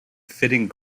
fitting